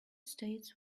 states